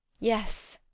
yes